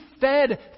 fed